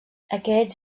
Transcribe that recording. aquests